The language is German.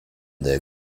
der